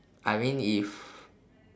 I mean if